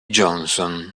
johnson